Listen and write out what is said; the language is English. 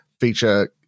feature